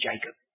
Jacob